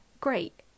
Great